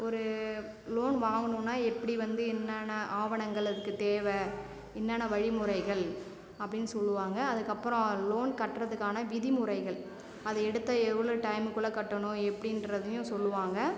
ஒரு லோன் வாங்கணுன்னா எப்படி வந்து என்னான்ன ஆவணங்கள் அதுக்கு தேவை என்னான்ன வழிமுறைகள் அப்படின் சொல்லுவாங்க அதற்கப்பறம் லோன் கட்டுறதுக்கான விதிமுறைகள் அதை எடுத்தால் எவ்வளோ டைம்குள்ளே கட்டணும் எப்படின்றதையும் சொல்லுவாங்க